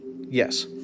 Yes